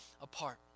apart